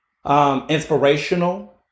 Inspirational